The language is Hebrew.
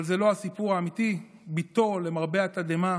אבל זה לא הסיפור האמיתי, בתו, למרבה התדהמה,